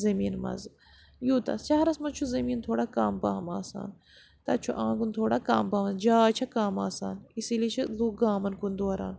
زٔمیٖن منٛز یوٗتاہ شہرَس منٛز چھُ زٔمیٖن تھوڑا کَم پَہَم آسان تَتہِ چھُ آنٛگُن تھوڑا کَم پَہمَتھ جاے چھےٚ کَم آسان اِسی لیے چھِ لُکھ گامَن کُن دوران